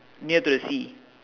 near to the sea